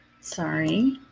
sorry